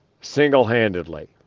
Single-Handedly